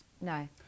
no